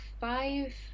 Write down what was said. five